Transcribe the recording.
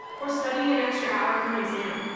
or studying an extra hour for an exam,